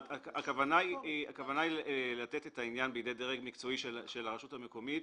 הכוונה היא לתת את העניין בידי דרג מקצועי של הרשות המקומית,